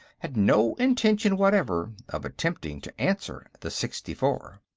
had no intention whatever of attempting to answer the sixtifor.